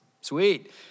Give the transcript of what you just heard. sweet